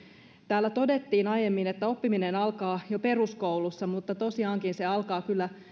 täällä todettiin aiemmin että oppiminen alkaa jo peruskoulussa mutta tosiaankin se alkaa kyllä